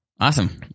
Awesome